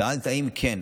שאלת: האם כן?